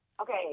Okay